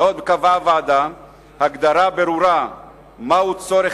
עוד קבעה הוועדה הגדרה ברורה מהו צורך